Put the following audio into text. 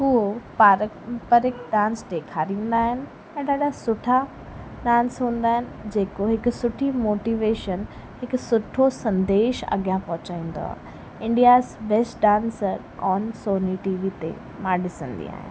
उहो पारम्परिकु डांस ॾेखारींदा आहिनि ऐं ॾाढा सुठा डांस हूंदा आहिनि जेको हिकु सुठी मोटिवेशन हिकु सुठो संदेश अॻियां पहुचाईंदो आहे India's best dancer on Sony T V ते मां ॾिसंदी आहियां